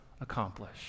accomplish